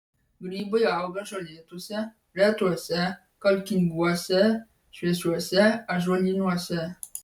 grybai auga žolėtuose retuose kalkinguose šviesiuose ąžuolynuose